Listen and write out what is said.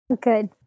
Good